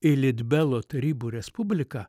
į litbelo tarybų respubliką